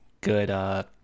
good